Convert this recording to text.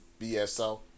bso